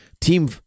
Team